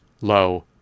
low